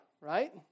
right